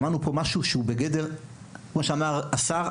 שמענו פה משהו שהוא הזיה, כמו שאמר השר.